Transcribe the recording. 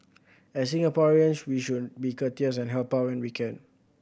as Singaporeans we should be courteous and help out when we can